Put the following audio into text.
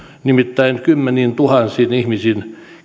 nimittäin kymmeniätuhansia ihmisiä